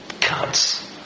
cuts